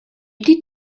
did